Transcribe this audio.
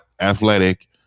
athletic